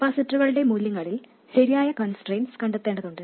കപ്പാസിറ്ററുകളുടെ മൂല്യങ്ങളിൽ ശരിയായ കൺസ്ട്രെയിൻറ്സ് കണ്ടെത്തേണ്ടതുണ്ട്